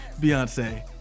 Beyonce